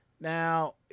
now